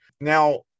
Now